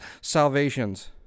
salvations